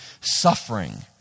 suffering